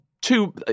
Two